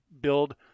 build